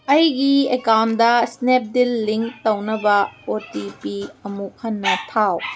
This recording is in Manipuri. ꯑꯩꯒꯤ ꯑꯦꯀꯥꯎꯟꯗ ꯏꯁꯅꯦꯞꯗꯤꯜ ꯂꯤꯡ ꯇꯧꯅꯕ ꯑꯣ ꯇꯤ ꯄꯤ ꯑꯃꯨꯛ ꯍꯟꯅ ꯊꯥꯎ